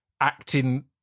acting